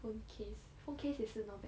phone case phone case 也是 not bad